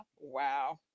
wow